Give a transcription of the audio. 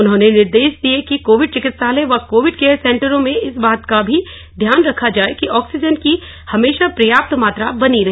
उन्होंने निर्देश दिये कि कोविड चिकित्सालय व कोविड केयर सेंटरों में इस बात का भी ध्यान रखा जाये कि ऑक्सीजन की हमेशा पर्याप्त मात्रा बनी रहे